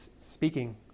speaking